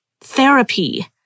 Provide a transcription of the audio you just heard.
therapy